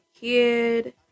kid